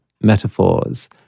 metaphors